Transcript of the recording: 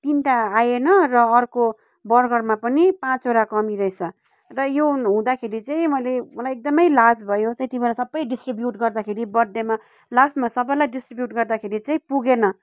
तिनवटा आएन र अर्को बर्गरमा पनि पाँचवटा कमी रहेछ र यो हुँदाखेरि चाहिँ मैले मलाई एकदमै लाज भयो त्यति बेला सबै डिस्ट्रिब्युट गर्दाखेरि बर्थडेमा लास्टमा सबैलाई डिस्ट्रिब्युट गर्दाखेरि चाहिँ पुगेन